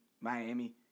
Miami